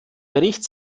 bericht